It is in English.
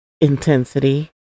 intensity